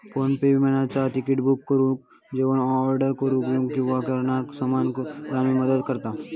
PhonePe विमानाचा तिकिट book करुक, जेवण ऑर्डर करूक किंवा किराणा सामान आणूक मदत करता